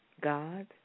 God